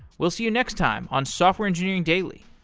we'll see you next time on software engineering daily